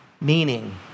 Meaning